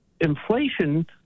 Inflation